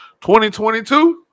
2022